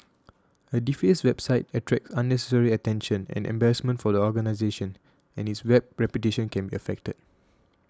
a defaced website attracts unnecessary attention and embarrassment for the organisation and its Web reputation can be affected